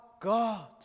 God